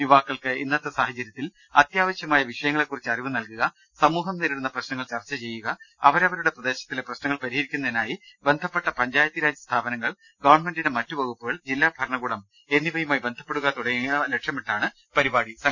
യുവാക്കൾക്ക് ഇന്നത്തെ സാഹചര്യത്തിൽ അത്യാവശ്യമായ വിഷയങ്ങളെ ക്കുറിച്ച് അറിവ് നൽകുക സമൂഹം നേരിടുന്ന പ്രശ്നങ്ങൾ ചർച്ച ചെയ്യുക അവരവരുടെ പ്രദേശത്തിലെ പ്രശ് നങ്ങൾ പരിഹരിക്കുന്നതിനായി ബന്ധപ്പെട്ട പഞ്ചായത്തീരാജ് സ്ഥാപനങ്ങൾ ഗവൺമെന്റിന്റെ മറ്റു വകുപ്പുകൾ ജില്ലാഭരണകൂടം എന്നിവയുമായി ബന്ധപ്പെടുക തുടങ്ങിയവ ലക്ഷ്യമിട്ടാണ് പരിപാടി സംഘടിപ്പിച്ചത്